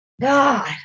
God